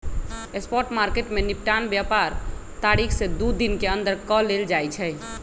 spot market में निपटान व्यापार तारीख से दू दिन के अंदर कऽ लेल जाइ छइ